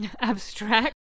Abstract